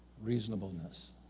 reasonableness